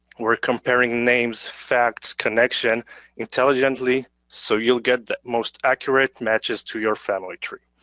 we're comparing names, facts, connections intelligently, so you'll get the most accurate matches to your family tree.